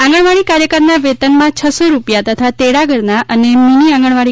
આંગણવાડી કાર્યકરના વેતનમાં છસો રૂપિયા તથા તેડાગરના અને મિની આંગણવાડી